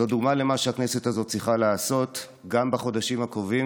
זאת דוגמה למה שהכנסת הזאת צריכה לעשות גם בחודשים הקרובים.